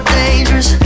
dangerous